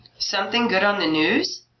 something good on the news?